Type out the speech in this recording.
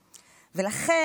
אז התחלתי במשרד הביטחון,